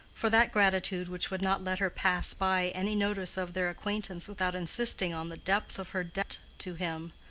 for that gratitude which would not let her pass by any notice of their acquaintance without insisting on the depth of her debt to him,